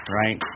right